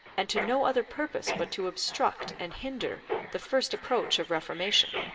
and to no other purpose but to obstruct and hinder the first approach of reformation